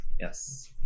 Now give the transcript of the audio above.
yes